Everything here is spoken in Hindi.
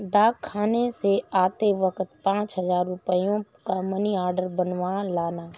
डाकखाने से आते वक्त पाँच हजार रुपयों का मनी आर्डर बनवा लाना